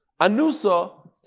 Anusa